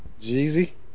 Jeezy